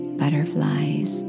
butterflies